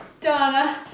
Donna